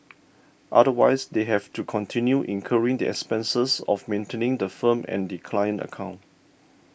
otherwise they have to continue incurring the expenses of maintaining the firm and the client account